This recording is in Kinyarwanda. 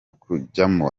kujyamo